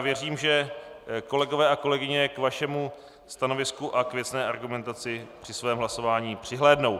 Věřím, že kolegové a kolegyně k vašemu stanovisku a k věcné argumentaci při svém hlasování přihlédnou.